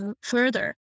further